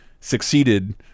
succeeded